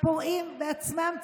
הפורעים בעצמם צילמו,